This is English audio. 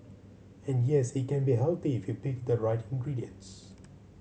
and yes it can be healthy if you pick the right ingredients